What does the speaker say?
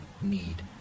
need